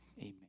Amen